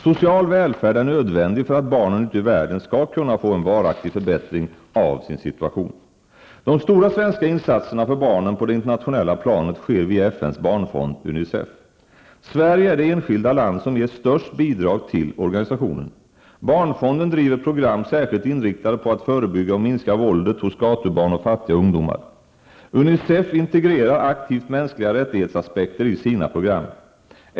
Social välfärd är nödvändig för att barnen ute i världen skall kunna få en varaktig förbättring av sin situation. De stora svenska insatserna för barnen på det internationella planet sker via FNs barnfond -- Sverige är det enskilda land som ger störst bidrag till organisationen. Barnfonden driver program särskilt inriktade på att förebygga och minska våldet mot gatubarn och fattiga ungdomar. Unicef integrerar aktivt mänskliga rättighetsaspekter i sina program.